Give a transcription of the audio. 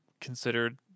considered